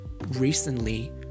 recently